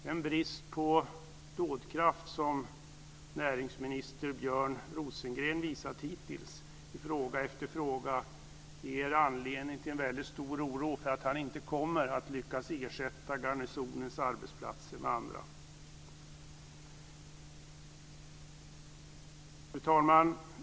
Den brist på dådkraft som näringsminister Björn Rosengren visat hittills i fråga efter fråga ger anledning till en mycket stor oro för att han inte kommer att lyckas ersätta garnisonens arbetsplatser med andra. Fru talman!